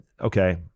okay